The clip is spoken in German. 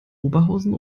oberhausen